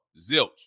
Zilch